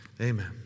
amen